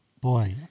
Boy